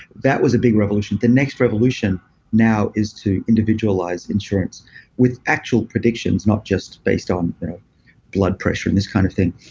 that was a big revolution. the next revolution now is to individualize insurance with actual predictions, not just based on blood pressure and this kind of thing.